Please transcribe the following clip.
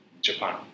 Japan